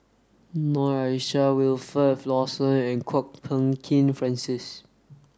Noor Aishah Wilfed Lawson and Kwok Peng Kin Francis